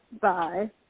Bye